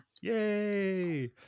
Yay